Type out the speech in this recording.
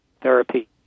therapy